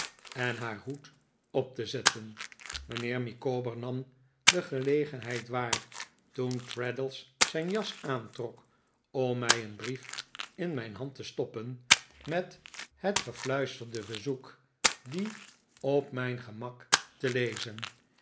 en haar hoed op te zetten mijnheer micawber nam de gelegenheid waar toen traddles zijn jas aantiok om mij een brief in mijn hand te stoppen met het gefluisterde verzoek dien op mijn gemak te lezen